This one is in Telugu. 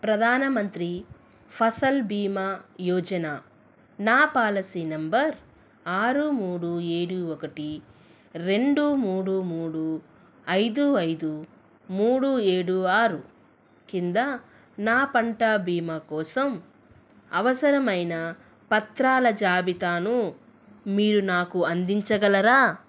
ప్రధాన మంత్రి ఫసల్ బీమా యోజన నా పాలసీ నెంబర్ ఆరు మూడు ఏడు ఒకటి రెండు మూడు మూడు ఐదు ఐదు మూడు ఏడు ఆరు కింద నా పంట బీమా కోసం అవసరమైన పత్రాల జాబితాను మీరు నాకు అందించగలరా